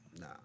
Nah